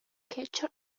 catcher